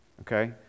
Okay